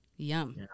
Yum